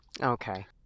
Okay